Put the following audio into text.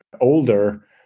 older